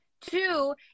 two